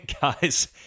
Guys